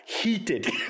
heated